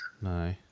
No